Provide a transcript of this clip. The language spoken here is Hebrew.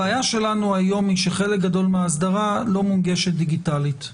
הבעיה שלנו היום היא שחלק גדול מהאסדרה לא מונגשת דיגיטלית.